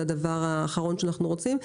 זה הדבר האחרון שאנחנו רוצים.